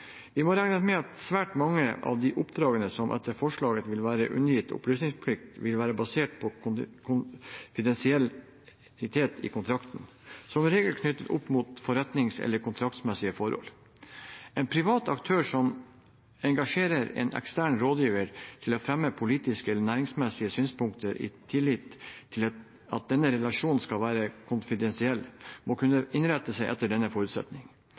Vi må regne med at svært mange av de oppdragene som etter forslaget vil være undergitt opplysningsplikt, vil være basert på konfidensialitet i kontrakten, som regel knyttet opp mot forretnings- eller kontraktsmessige forhold. En privat aktør som engasjerer en ekstern rådgiver til å fremme politiske eller næringsmessige synspunkter i tillit til at denne relasjon skal være konfidensiell, må kunne innrette seg etter denne forutsetning.